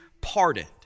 pardoned